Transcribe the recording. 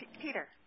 Peter